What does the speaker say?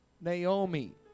Naomi